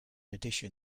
addition